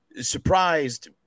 Surprised